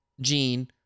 Gene